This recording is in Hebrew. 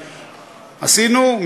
עשינו,